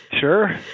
Sure